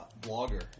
blogger